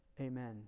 amen